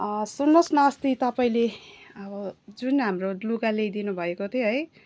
सुन्नुहोस् न अस्ति तपाईँले अब जुन हाम्रो लुगा ल्याइदिनु भएको थियो है